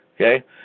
Okay